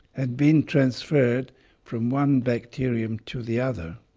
had been transferred from one bacterium to the other.